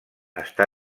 està